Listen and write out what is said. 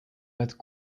pattes